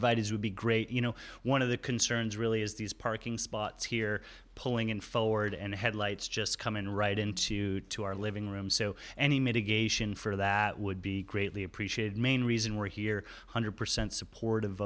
is would be great you know one of the concerns really is these parking spots here pulling in florida and headlights just come in right into to our living room so any mitigation for that would be greatly appreciated main reason we're here one hundred percent supportive